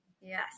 Yes